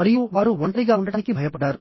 మరియు వారు ఒంటరిగా ఉండటానికి భయపడ్డారు